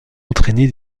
entraîné